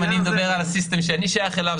אני מדבר על הסיסטם שאני שייך אליו.